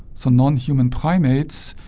so nonhuman primates,